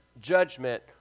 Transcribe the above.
judgment